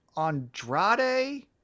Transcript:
Andrade